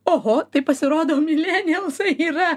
oho tai pasirodo milenialsai yra